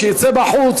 שיצא בחוץ,